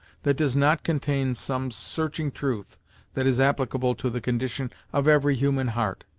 that does not contain some searching truth that is applicable to the condition of every human heart,